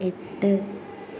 എട്ട്